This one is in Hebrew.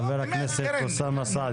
חבר הכנסת אוסאמה סעדי.